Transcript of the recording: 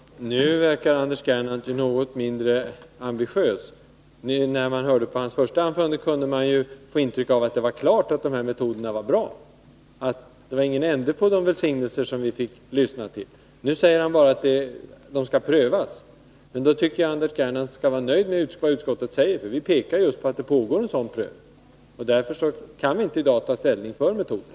Herr talman! Nu verkar Anders Gernandt något mindre ambitiös. När man hörde på hans första anförande kunde man få intrycket att det var klart att de här metoderna var bra — det var ingen ände på deras välsignelser. Nu säger han bara att metoderna skall prövas. Men då tycker jag att Anders Gernandt kan vara nöjd med vad utskottet skriver. Vi pekar just på att det pågår en sådan prövning och att vi därför i dag inte kan ta ställning för metoderna.